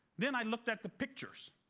then i looked at the pictures.